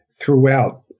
throughout